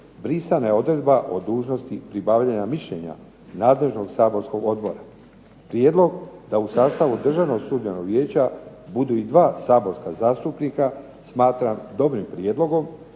brisana je odredba o dužnosti pribavljanja mišljenja nadležnog saborskog odbora. Prijedlog da u sastavu Državnog sudbenog vijeća budu i dva saborska zastupnika smatram dobrim prijedlogom.